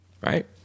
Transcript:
Right